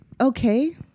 okay